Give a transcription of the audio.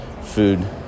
food